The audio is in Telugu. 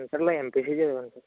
ఇంటర్లో ఎమ్పిసి చదివాను సార్